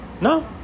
No